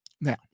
Now